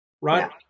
right